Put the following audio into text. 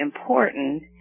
important